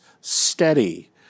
steady